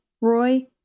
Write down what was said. Roy